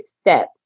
step